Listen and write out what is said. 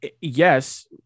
yes